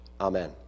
Amen